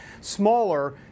smaller